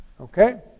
okay